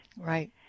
Right